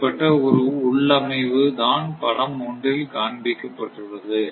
அப்படிப்பட்ட ஒரு உள்ளமைவு தான் படம் 1 இல் காண்பிக்கப்பட்டுள்ளது